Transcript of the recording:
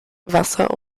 wasser